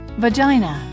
vagina